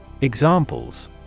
Examples